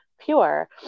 pure